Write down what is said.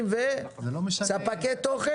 וספקי תוכן?